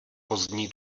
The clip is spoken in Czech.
pozdní